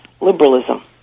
liberalism